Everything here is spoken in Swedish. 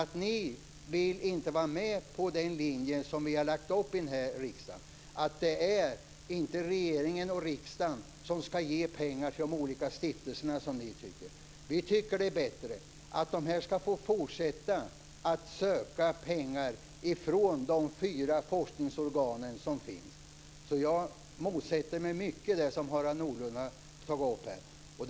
Ni vill inte vara med på den linje som vi har lagt upp här i riksdagen, att det inte är regeringen och riksdagen som ska ge pengar till de olika stiftelserna, vilket ni tycker. Vi tycker att det är bättre att de ska få fortsätta söka pengar från de fyra forskningsorgan som finns. Så jag motsätter mig mycket av det som Harald Nordlund har tagit upp här.